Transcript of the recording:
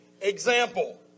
example